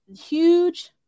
huge